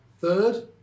third